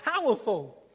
powerful